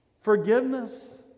Forgiveness